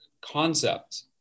concept